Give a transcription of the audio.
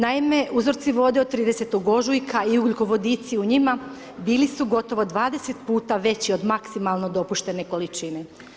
Naime, uzorci vode od 30. ožujka i ugljikovodici u njima bili su gotovo 20 puta veći od maksimalno dopuštene količine.